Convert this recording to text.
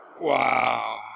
Wow